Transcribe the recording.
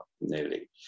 nearly